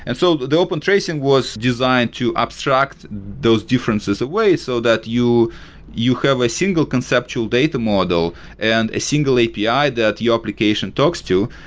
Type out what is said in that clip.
and so the open tracing was designed to abstract those differences away so that you you have a single conceptual data model and a single api that your application talks to,